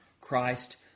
Christ